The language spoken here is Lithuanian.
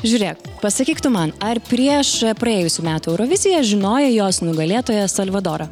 žiūrėk pasakyk tu man ar prieš praėjusių metų euroviziją žinojai jos nugalėtoją salvadorą